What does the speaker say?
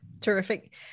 terrific